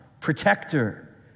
protector